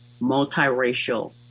multiracial